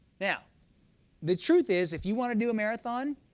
now the truth is if you want to do a marathon,